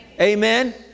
Amen